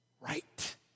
right